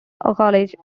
college